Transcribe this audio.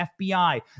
FBI